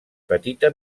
petita